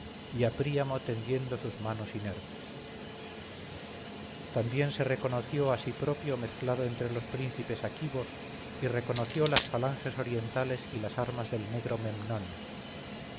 y a príamo tendiendo sus manos inermes también se reconoció a sí propio mezclado entre los príncipes aquivos y reconoció las falanges orientales y las armas del negro memnón